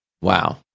Wow